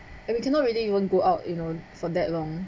and we cannot really even go out you know for that long